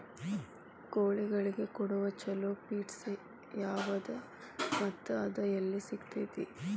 ಕೋಳಿಗಳಿಗೆ ಕೊಡುವ ಛಲೋ ಪಿಡ್ಸ್ ಯಾವದ ಮತ್ತ ಅದ ಎಲ್ಲಿ ಸಿಗತೇತಿ?